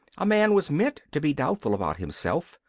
a man was meant to be doubtful about himself,